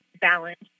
balance